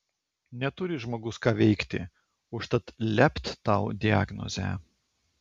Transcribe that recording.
neturi žmogus ką veikti užtat lept tau diagnozę